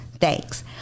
Thanks